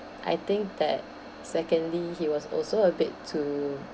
I think that secondly he was also a bit too